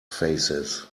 faces